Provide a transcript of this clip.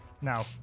Now